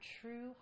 true